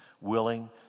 willing